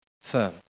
firm